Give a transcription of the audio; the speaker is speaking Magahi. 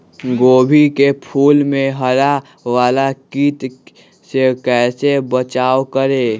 गोभी के फूल मे हरा वाला कीट से कैसे बचाब करें?